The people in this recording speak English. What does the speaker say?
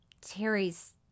Terry's